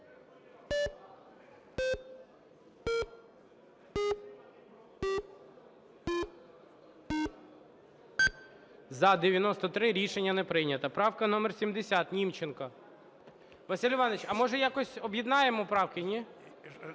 За-93 Рішення не прийнято. Правка номер 70, Німченко. Василь Іванович, а може якось об'єднаємо правки?